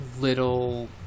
little